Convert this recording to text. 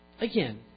again